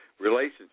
relationship